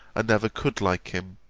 and never could like him,